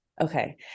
okay